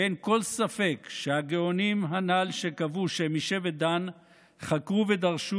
ואין כל ספק שהגאונים הנ"ל שקבעו שהם משבט דן חקרו ודרשו